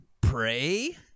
pray